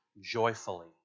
joyfully